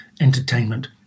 entertainment